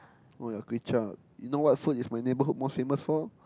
oh your kway-chap you know what food is my neighbourhood most famous for